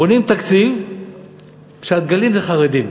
בונים תקציב שהדגלים זה חרדים.